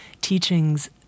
teachings